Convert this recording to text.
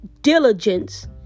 diligence